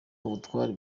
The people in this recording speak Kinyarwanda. ubutware